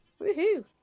woohoo